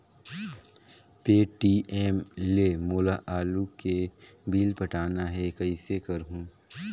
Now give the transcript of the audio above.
Paytm ले मोला आलू के बिल पटाना हे, कइसे करहुँ?